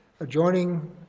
adjoining